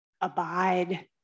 abide